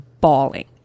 bawling